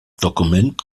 dokument